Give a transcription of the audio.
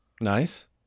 Nice